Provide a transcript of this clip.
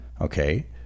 okay